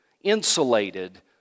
insulated